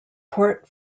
port